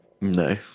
No